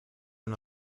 una